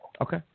Okay